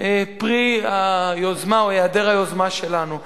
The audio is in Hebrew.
פרי היוזמה או היעדר היוזמה שלנו,